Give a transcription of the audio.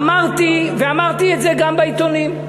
אמרתי, ואמרתי את זה גם בעיתונים,